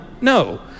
No